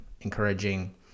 encouraging